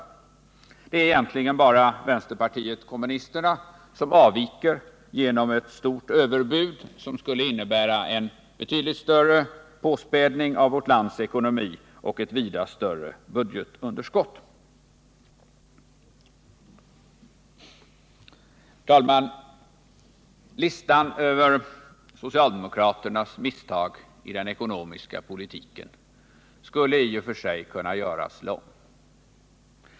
Det är egentligen bara vänsterpartiet kommunisterna som avviker genom ett stort överbud, som skulle kunna innebära en betydligt större påspädning av vårt lands ekonomi och ett vida större budgetunderskott än övriga förslag. Herr talman! Listan över socialdemokraternas misstag i den ekonomiska politiken skulle i och för sig kunna göras lång.